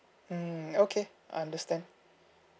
mm okay I understand